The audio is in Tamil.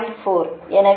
4 எனவே மைனஸ் j 0